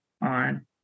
on